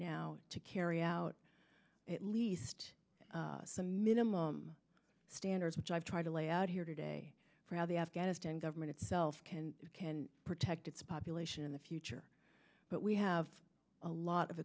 now to carry out at least the minimum standards which i've tried to lay out here today for how the afghanistan government itself can protect its population in the future but we have a lot of